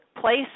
place